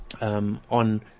on